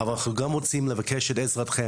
אבל אנחנו גם רוצים לבקש את עזרתכם.